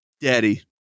Daddy